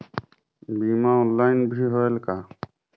बीमा ऑनलाइन भी होयल का?